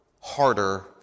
harder